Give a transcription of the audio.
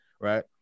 Right